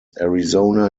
arizona